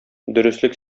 дөреслек